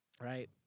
Right